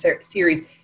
series